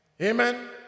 amen